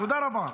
תודה רבה.